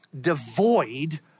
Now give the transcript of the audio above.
devoid